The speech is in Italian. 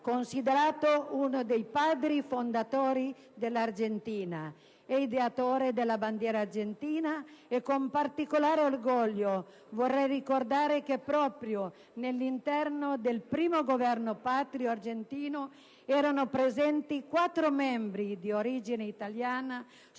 considerato uno dei padri fondatori dell'Argentina e ideatore della bandiera argentina? E con particolare orgoglio vorrei ricordare che proprio nell'interno del primo Governo patrio argentino erano presenti quattro membri di origine italiana